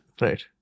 right